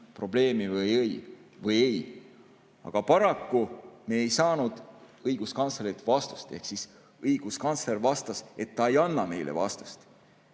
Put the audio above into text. probleemi või ei. Aga paraku me ei saanud õiguskantslerilt vastust, ehk õiguskantsler vastas, et ta ei anna meile vastust.